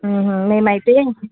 మేము అయితే